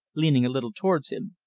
leaning a little towards him.